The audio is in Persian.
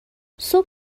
صبح